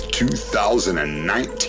2019